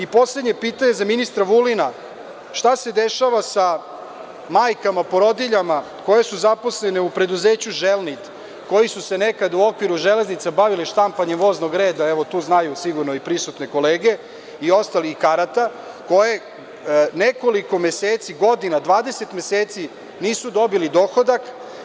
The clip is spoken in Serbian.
Poslednje pitanje je za ministra Vulina, šta se dešava sa majkama, porodiljama, koje su zaposlene u preduzeću „Želnid“, koje su se nekada u okviru železnica bavile štampanjemvoznog reda, evo to znaju sigurno i prisutne kolege, i ostalih karata, koje nekoliko meseci, godina, 20 meseci nisu dobili dohodak?